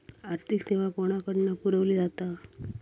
आर्थिक सेवा कोणाकडन पुरविली जाता?